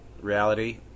reality